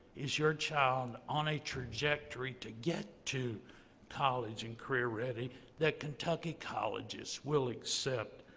is your child on a trajectory to get to college and career ready that kentucky colleges will accept.